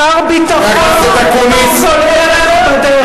שר ביטחון שהפסיד כל ערך בדרך,